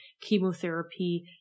chemotherapy